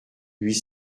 huit